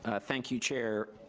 ah thank you, chair.